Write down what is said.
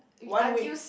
one weeks